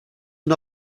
and